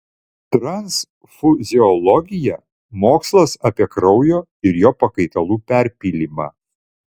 transfuziologija mokslas apie kraujo ir jo pakaitalų perpylimą